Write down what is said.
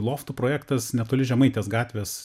loftų projektas netoli žemaitės gatvės